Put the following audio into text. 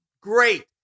great